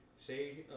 say